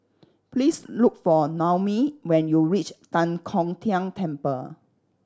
please look for Noemi when you reach Tan Kong Tian Temple